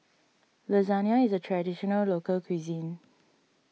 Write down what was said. Lasagna is a Traditional Local Cuisine